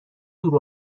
دور